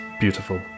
Beautiful